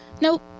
Nope